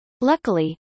Luckily